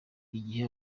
igihe